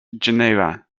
geneva